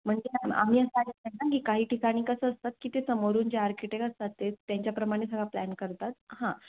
म्हणजे आम्ही असं ना की काही ठिकाणी कसं असतात की ते समोरून जे आर्किटेक् असतात ते त्यांच्याप्रमाणे सगळं प्लॅन करतात हां